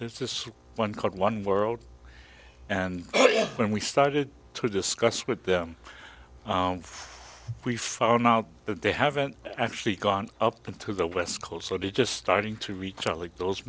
there's this one called one world and when we started to discuss with them we found out that they haven't actually gone up into the west coast so they just starting to reach out like those